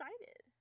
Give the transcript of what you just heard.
excited